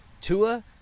Tua